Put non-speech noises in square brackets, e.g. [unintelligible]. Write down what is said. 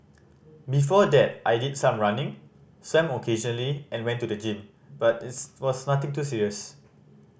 before that I did some running [unintelligible] occasionally and went to the gym but its was nothing too serious